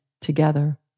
together